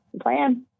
plan